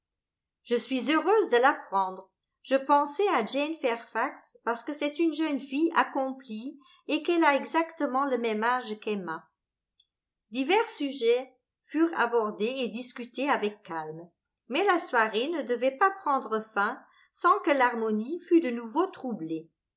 je suis heureuse de l'apprendre je pensais à jane fairfax parce que c'est une jeune fille accomplie et qu'elle a exactement le même âge qu'emma divers sujets furent abordés et discutés avec calme mais la soirée ne devait pas prendre fin sans que l'harmonie fut de nouveau troublée